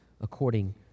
according